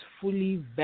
fully